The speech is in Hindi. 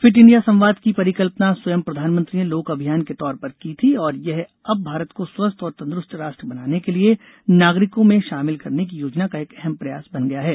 फिट इंडिया संवाद की परिकल्पना स्वयं प्रधानमंत्री ने लोक अभियान के तौर पर की थी और यह अब भारत को स्वस्थ और तंद्रुस्त राष्ट्र बनाने के लिए नागरिकों को शामिल करने की योजना का एक अहम प्रयास बन गया है